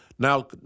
Now